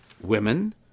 women